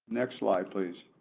next slide please.